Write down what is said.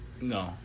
No